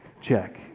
check